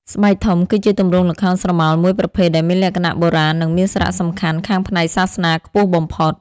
ស្បែកធំ គឺជាទម្រង់ល្ខោនស្រមោលមួយប្រភេទដែលមានលក្ខណៈបុរាណ និងមានសារៈសំខាន់ខាងផ្នែកសាសនាខ្ពស់បំផុត។